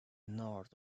north